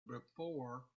before